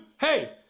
Hey